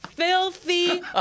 Filthy